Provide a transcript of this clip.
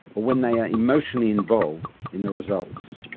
or when they are emotionally involved in the results.